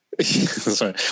Sorry